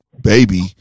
baby